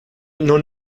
non